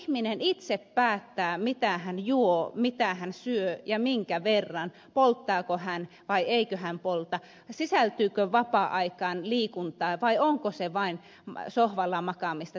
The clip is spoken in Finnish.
ihminen itse päättää mitä hän juo mitä hän syö ja minkä verran polttaako hän vai eikö hän polta sisältyykö vapaa aikaan liikuntaa vai onko se vain sohvalla makaamista telkkarin katsomista